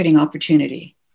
opportunity